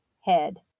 head